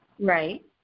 Right